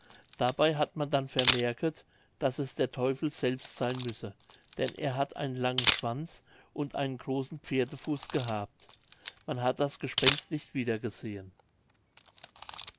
dabei hat man denn vermerket daß es der teufel selbst seyn müsse denn er hat einen langen schwanz und einen großen pferdefuß gehabt man hat das gespenst nicht wiedergesehen